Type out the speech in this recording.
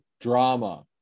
drama